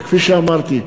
וכפי שאמרתי,